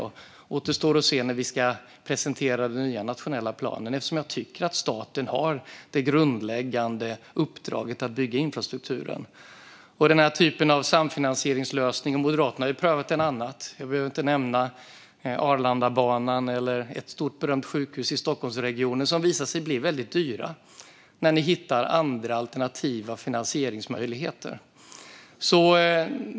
Det återstår att se hur det blir när vi ska presentera den nya nationella planen, men jag tycker att staten har det grundläggande uppdraget att bygga infrastruktur. Denna typ av samfinansieringslösning har ju Moderaterna prövat i andra sammanhang. Jag behöver inte nämna Arlandabanan eller ett stort, berömt sjukhus i Stockholmsregionen, som visade sig bli väldigt dyra när ni hittade andra, alternativa finansieringsmöjligheter.